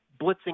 blitzing